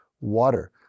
water